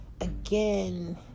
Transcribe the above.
again